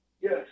Yes